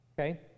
Okay